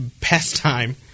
pastime